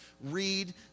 read